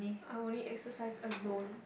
I only exercise alone